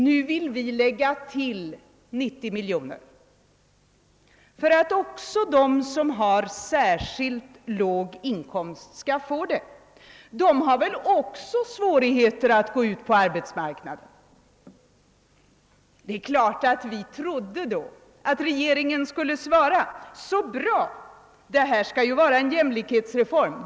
Nu vill vi lägga till 90 miljoner för att också de som har särskilt låga inkomster skall få det — de har väl också svårigheter att gå ut på arbetsmarknaden. Vi trodde att regeringen då skulle svara: »Så bra! Det här skall ju vara en jämlikhetsreform.